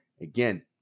Again